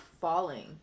falling